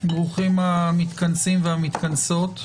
ברוכים המתכנסים והמתכנסות.